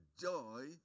joy